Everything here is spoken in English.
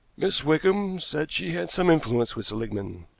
miss wickham said she had some influence with seligmann,